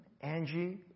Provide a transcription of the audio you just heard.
Angie